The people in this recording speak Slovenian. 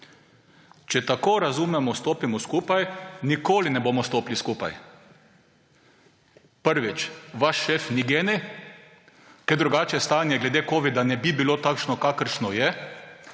Če tako razumemo »stopimo skupaj«, nikoli ne bomo stopili skupaj. Prvič, vaš šef ni genij, ker drugače stanje glede covida-19 ne bi bilo takšno, kakršno je,